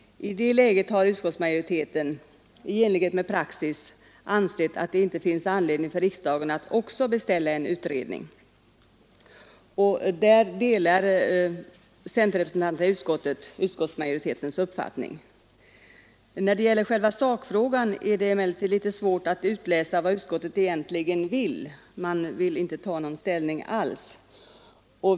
I det läget har utskottsmajoriteten i enlighet med praxis ansett att det inte finns anledning för riksdagen att också beställa en utredning. Därvidlag delar centerrepresentanterna i utskottet utskottsmajoritetens uppfatt När det gäller själva sakfrågan är det emellertid litet svårt att utläsa vad utskottet egentligen vill — man vill inte ta någon ställning alls.